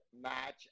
match